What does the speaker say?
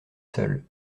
seul